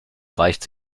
weicht